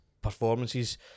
performances